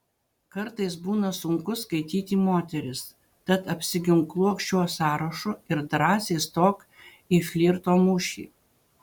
kartais būna sunku skaityti moteris tad apsiginkluok šiuo sąrašu ir drąsiai stok į flirto mūšį